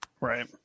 Right